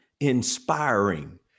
inspiring